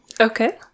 Okay